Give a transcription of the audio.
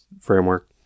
framework